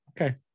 okay